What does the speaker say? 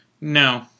No